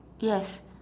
yes